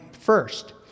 First